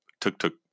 tuk-tuk